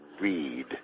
read